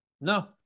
No